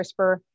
CRISPR